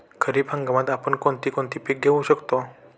खरीप हंगामात आपण कोणती कोणती पीक घेऊ शकतो?